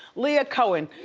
leah cohen.